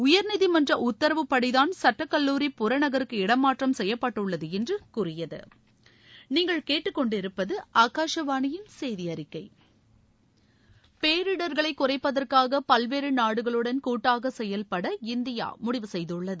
உயர்நீதிமன்ற உத்தரவுப்படிதான் சுட்டக் கல்லூரி புறநகருக்கு இட மாற்றம் செய்யப்பட்டுள்ளது என்று கூறியது பேரிடர்களை குறைப்பதற்காக பல்வேறு நாடுகளுடன் கூட்டாக செயல்பட இந்தியா முடிவு செய்துள்ளது